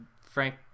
Frank